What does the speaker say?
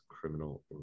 criminal